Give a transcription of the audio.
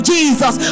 Jesus